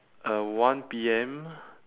uh one P_M